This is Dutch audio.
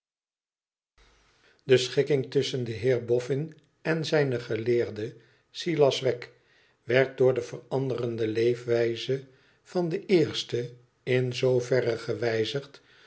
de schikking tusschen den heer bofiin en zijn geleerde silas wegg werd door de veranderde leefwijze van den eerste in zooverre gewijzigd